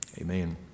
Amen